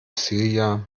silja